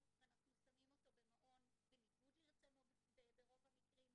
ואנחנו שמים אותו במעון בניגוד לרצונו ברוב המקרים,